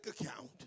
account